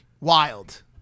Wild